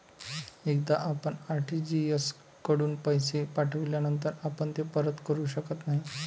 एकदा आपण आर.टी.जी.एस कडून पैसे पाठविल्यानंतर आपण ते परत करू शकत नाही